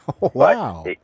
Wow